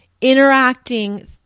interacting